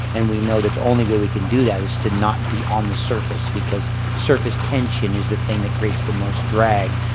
and we know that the only way we can do that is to not be on the surface because surface tension is the thing that creates the most drag,